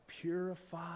purify